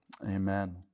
Amen